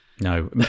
No